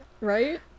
Right